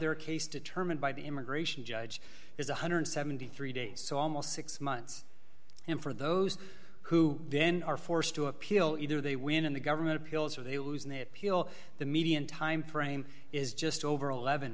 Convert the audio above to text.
their case determined by the immigration judge is one hundred and seventy three days so almost six months and for those who then are forced to appeal either they win and the government appeals or they lose and they appeal the median time frame is just over eleven